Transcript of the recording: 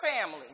family